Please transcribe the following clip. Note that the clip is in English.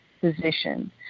position